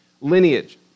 lineage